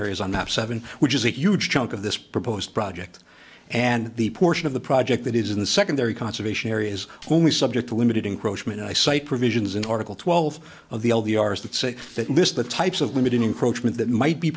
areas on the top seven which is a huge chunk of this proposed project and the portion of the project that is in the secondary conservation area is only subject to limited encroachments i cite provisions in article twelve of the all the r s that say that list the types of limited encroachment that might be